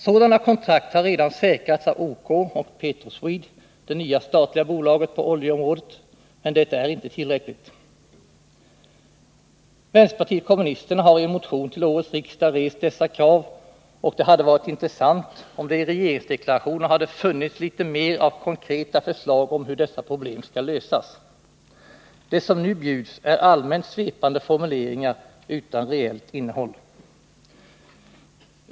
Sådana kontrakt har redan säkrats av OK och Petroswede, det nya statliga bolaget på oljeområdet, men det är inte tillräckligt. Vpk har i en motion till årets riksdag rest dessa krav, och det hade varit intressant om det i regeringsdeklarationen hade funnits litet mer av konkreta förslag om hur dessa problem skall lösas. Det som nu bjuds är allmänt svepande formuleringar utan reellt innehåll.